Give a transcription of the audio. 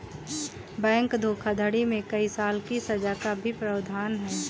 bank धोखाधड़ी में कई साल की सज़ा का भी प्रावधान है